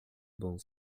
bon